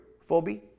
phobia